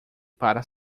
para